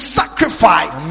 sacrifice